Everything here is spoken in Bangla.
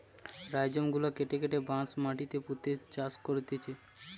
রাইজোম গুলা কেটে কেটে বাঁশ মাটিতে পুঁতে চাষ করতিছে